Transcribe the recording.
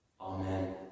Amen